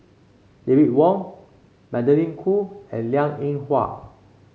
David Wong Magdalene Khoo and Liang Eng Hwa